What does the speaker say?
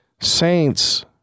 Saints